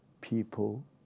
people